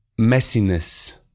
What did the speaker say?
messiness